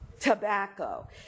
Tobacco